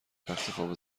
تختخواب